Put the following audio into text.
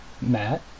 Matt